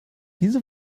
diese